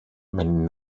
men